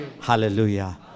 hallelujah